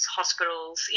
hospitals